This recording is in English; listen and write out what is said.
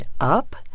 up